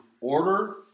order